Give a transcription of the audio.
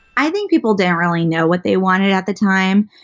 i think people didn't really know what they wanted at the time.